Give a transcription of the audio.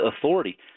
authority